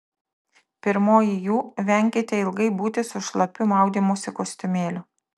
pirmoji jų venkite ilgai būti su šlapiu maudymosi kostiumėliu